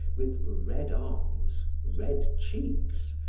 with red arms, red cheeks,